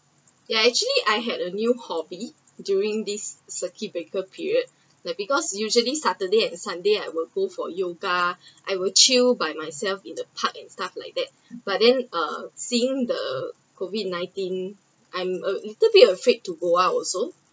ya actually I had a new hobby during this circuit breaker period like because usually saturday and sunday I will go for yoga I will chill by myself in the park and stuff like that but then uh seeing the COVID nineteen I’m a little bit afraid to go out also